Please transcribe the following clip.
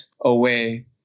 away